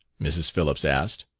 mrs. phillips asked.